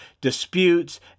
disputes